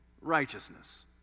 righteousness